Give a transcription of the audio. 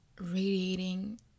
radiating